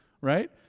right